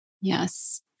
Yes